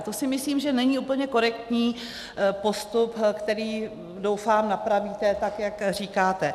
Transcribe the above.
To si myslím, že není úplně korektní postup, který, doufám, napravíte, jak říkáte.